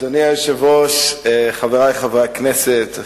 אדוני היושב-ראש, חברי חברי הכנסת,